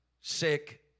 sick